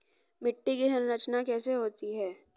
मिट्टी की संरचना कैसे होती है?